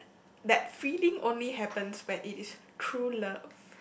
that feeling only happens when it is true love